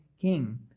king